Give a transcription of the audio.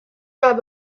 grab